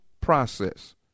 process